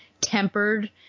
tempered